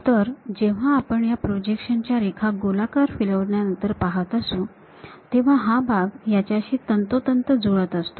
तर जेव्हा आपण या प्रोजेक्शन च्या रेखा गोलाकार फिरवल्यानंतर पाहत असू तेव्हा हा भाग याच्याशी तंतोतंत जुळत असतो